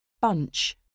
bunch